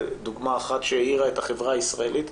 דוגמא אחת שהעירה את החברה הישראלית,